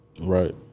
Right